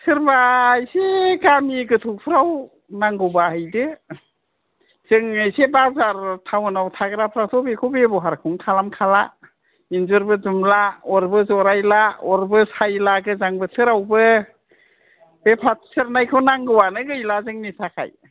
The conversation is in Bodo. सोरबा एसे गामि गोथौफ्राव नांगौ बा हैदो जों एसे बाजार टाउनाव थाग्राफ्राथ' बेखौ बेबहारखौनो खालाम खाला इन्जुरबो दुमला अरबो जरायला अरबो सायला गोजां बोथोरावबो बे फाथो सेरनाखौ नांगौवानो गैला जोंनि थाखाय